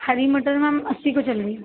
ہری مٹر میم اسی کی چل رہی